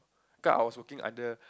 cause I was working under